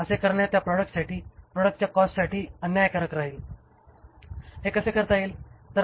असे करणे त्या प्रॉडक्ट्ससाठी प्रॉडक्ट्सच्या कॉस्टसाठी अन्यायकारक राहील हे कसे करता येईल